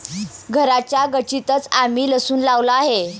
घराच्या गच्चीतंच आम्ही लसूण लावला आहे